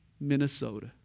Minnesota